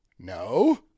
No